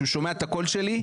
כשהוא שומע את הקול שלי,